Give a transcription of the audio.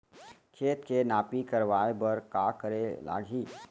खेत के नापी करवाये बर का करे लागही?